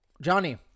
Johnny